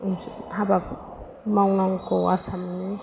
हाबा मावनांगौ आसामनि